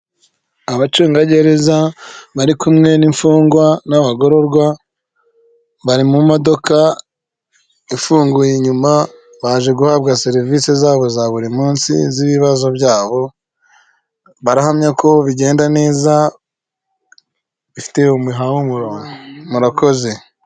Abacungagereza bari kumwe n'imfungwa n'abagororwa, bari mu modoka ifunguye inyuma, baje guhabwa serivisi zabo za buri munsi, z'ibazo byabo. barahamya ko bigenda neza bifite umuhamuro murakoze.